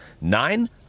nine